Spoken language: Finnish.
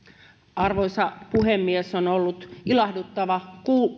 arvoisa puhemies on ollut ilahduttavaa